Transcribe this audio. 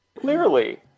Clearly